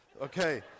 Okay